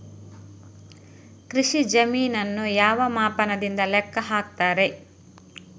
ಕೃಷಿ ಜಮೀನನ್ನು ಯಾವ ಮಾಪನದಿಂದ ಲೆಕ್ಕ ಹಾಕ್ತರೆ?